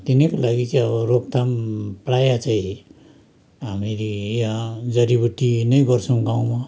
तिनीहरूको लागि चाहिँ अब रोकथाम प्रायः चाहिँ हामीले जडीबुटी नै गर्छौँ गाउँमा